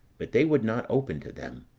but they would not open to them.